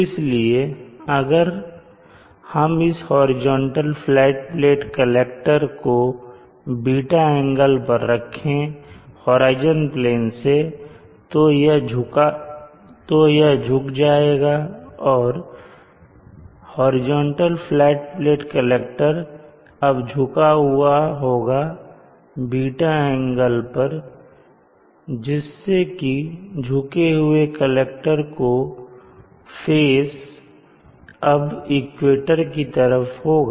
इसलिए अगर हम इस हॉरिजॉन्टल फ्लैट प्लेट कलेक्टर को ß एंगल पर रखें होराइजन प्लेन से तो यह झुक जाएगा और हॉरिजॉन्टल फ्लैट प्लेट कलेक्टर अब झुका हुआ होगा ß एंगल पर जिससे की झुके हुए कलेक्टर का फेस अब इक्वेटर की तरफ होगा